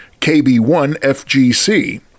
KB1FGC